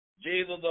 Jesus